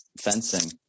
fencing